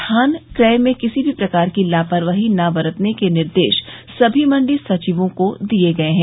धान क्रय में किसी भी प्रकार की लापरवाही न बरतने के भी निर्देश सभी मण्डी सचिवों को दिए गये हैं